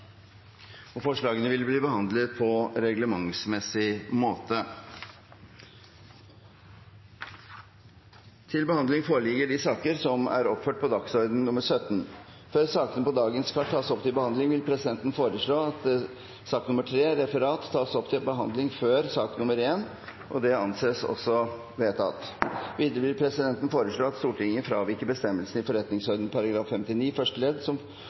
Forslagene vil bli behandlet på reglementsmessig måte. Før sakene på dagens kart tas opp til behandling, vil presidenten foreslå at sak nr. 3, Referat, tas opp til behandling før sak nr. 2. – Det anses vedtatt. Videre vil presidenten foreslå at Stortinget fraviker bestemmelsen i forretningsordenen § 59 første ledd